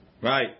Right